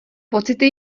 pocity